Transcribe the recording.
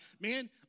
man